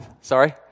Sorry